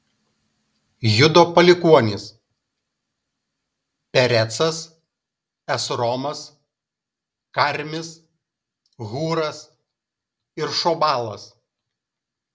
judo palikuonys perecas esromas karmis hūras ir šobalas